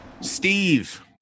steve